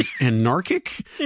anarchic